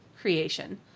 creation